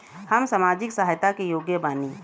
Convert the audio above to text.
हम सामाजिक सहायता के योग्य बानी?